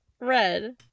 Red